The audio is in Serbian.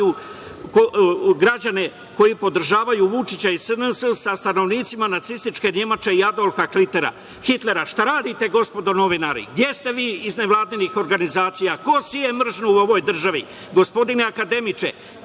građanima koji podržavaju Vučića i SNS sa stanovnicima nacističke Nemačke i Adolfa Hitlera. Šta radite, gospodo novinari? Gde ste vi iz nevladinih organizacija? Ko seje mržnju u ovoj državi? Gospodine akademiče,